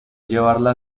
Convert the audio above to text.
llevarla